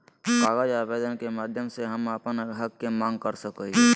कागज आवेदन के माध्यम से हम अपन हक के मांग कर सकय हियय